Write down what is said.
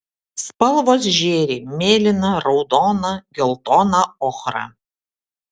spalvos žėri mėlyna raudona geltona ochra